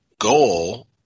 goal